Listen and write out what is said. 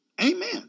Amen